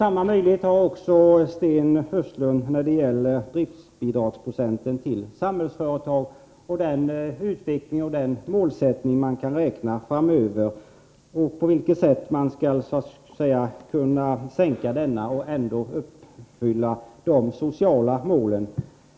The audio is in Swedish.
Samma möjlighet har han också när det gäller driftbidragsprocenten till Samhällsföretag och den utveckling och den målsättning man kan räkna med framöver och på vilket sätt man skall kunna sänka denna och ändå uppfylla de sociala målen.